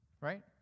right